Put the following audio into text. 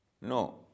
No